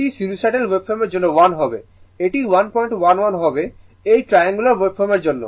এটি সিনুসয়েডাল ওয়েভফর্মের জন্য 1 হবে এটি 111 হবে এই ট্রায়াঙ্গুলার ওয়েভফর্মের জন্য